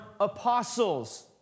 apostles